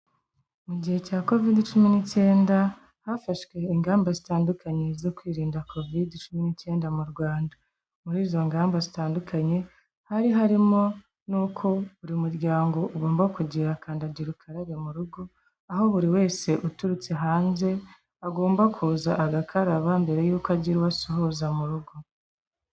Mu gihe cya covide cumi n'icyenda, hafashwe ingamba zitandukanye zo kwirinda covide cumi n'icyenda mu Rwanda, muri izo ngamba zitandukanye hari harimo n'uko buri muryango ugomba kugira kandagira ukarabe mu rugo, aho buri wese uturutse hanze agomba kuza agakaraba mbere y'uko agira uwo asuhuza mu rugo.